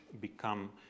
become